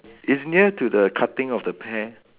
it's near to the cutting of the pear